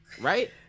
right